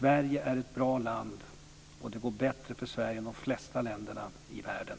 Sverige är ett bra land, och det går bättre för Sverige än för de flesta länder i världen.